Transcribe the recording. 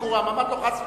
אמרתי לו: חס וחלילה.